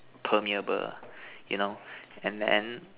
permeable you know and then